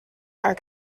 are